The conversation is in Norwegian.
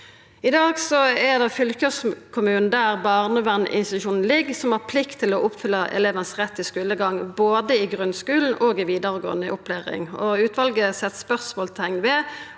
I dag er det fylkeskommunen der barnevernsinstitusjonen ligg, som har plikt til å oppfylla retten elevane har til skulegang både i grunnskulen og i vidaregåande opplæring. Utvalet set spørsmålsteikn ved